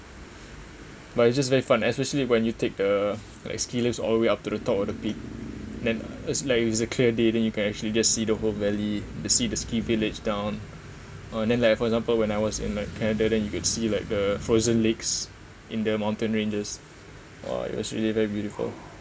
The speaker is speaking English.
but it's just very fun especially when you take the like ski lift all the way up to the top of the peak then just like it was a clear day then you can actually just see the whole valley the see the ski village down and then like for example when I was in like canada then you could see like the frozen lakes in the mountain ranges !wow! it was really very beautiful